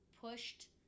pushed